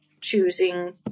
choosing